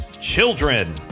children